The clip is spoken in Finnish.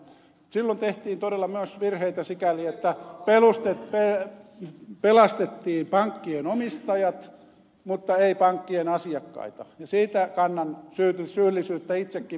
silloin tehtiin todella myös virheitä sikäli että pelastettiin pankkien omistajat mutta ei pankkien asiakkaita ja siitä kannan syyllisyyttä itsekin